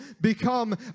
become